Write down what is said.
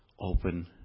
open